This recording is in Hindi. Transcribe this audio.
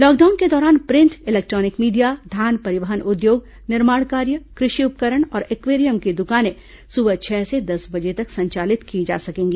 लॉकडाउन के दौरान प्रिंट इलेक्ट्रॉनिक मीडिया धान परिवहन उद्योग निर्माण कार्य कृषि उपकरण और एक्वेरियम की दुकानें सुबह छह से दस बजे तक संचालित की जा सकेंगी